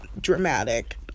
dramatic